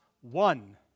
one